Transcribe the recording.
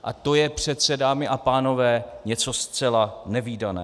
A to je přece, dámy a pánové, něco zcela nevídaného.